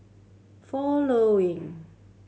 following